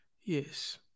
Yes